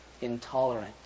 intolerant